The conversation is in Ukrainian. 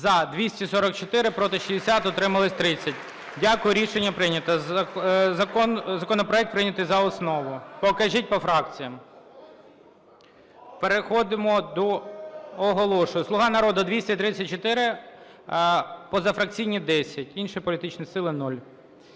За-244 Проти – 60, утримались – 30. Дякую, рішення прийнято. Законопроект прийнято за основу. Покажіть по фракціям. Переходимо до… Оголошую: "Слуга народу" – 234, позафракційні – 10. Інші політичні сили – 0.